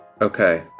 Okay